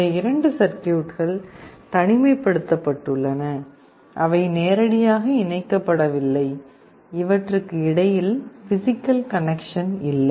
இந்த இரண்டு சர்க்யூட்கள் தனிமைப்படுத்தப்பட்டுள்ளன அவை நேரடியாக இணைக்கப்படவில்லை அவற்றுக்கு இடையில் பிசிக்கல் கனெக்சன் இல்லை